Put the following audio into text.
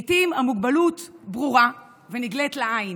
לעיתים המוגבלות ברורה ונגלית לעין,